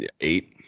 eight